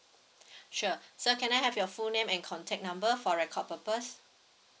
sure sir can I have your full name and contact number for record purpose